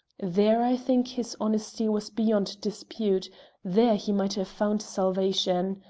there, i think his honesty was beyond dispute there he might have found salvation.